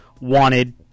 wanted